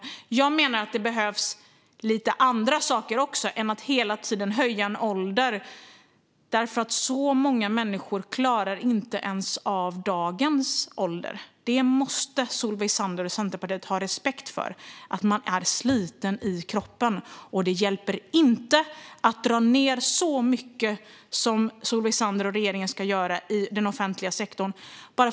Men jag menar att det behövs andra saker, inte bara att man hela tiden höjer åldern. Det är så många människor som inte ens klarar att arbeta till dagens pensionsålder. Detta måste Solveig Zander och Centerpartiet ha respekt för. Man är sliten i kroppen, och det hjälper inte att man gör så mycket neddragningar i den offentliga sektorn som regeringen och Solveig Zander vill göra.